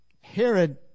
Herod